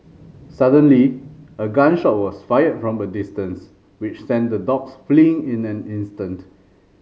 suddenly a gun shot was fired from a distance which sent the dogs fleeing in an instant